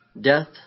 Death